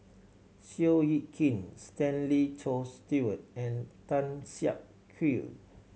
Seow Yit Kin Stanley Tofts Stewart and Tan Siak Kew